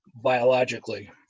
biologically